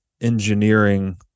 engineering